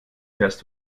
fährst